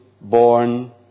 born